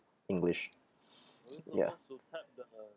english ya